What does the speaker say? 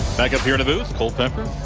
back up here in the booth. cole pepper,